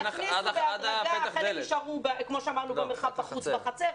עד פתח הדלת.